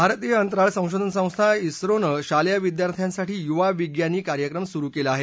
भारतीय अंतराळ संशोधन संस्था इस्रोनं शालेय विद्यार्थ्यांसाठी युवा विग्यानी कार्यक्रम सुरू केला आहे